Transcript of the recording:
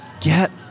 get